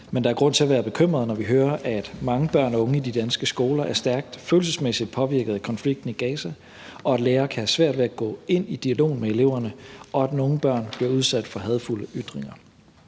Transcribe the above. men der er grund til at være bekymret, når vi hører, at mange børn og unge i de danske skoler er stærkt følelsesmæssigt påvirket af konflikten i Gaza, og at lærere kan have svært ved at gå ind i dialog med eleverne, og at nogle børn bliver udsat for hadefulde ytringer.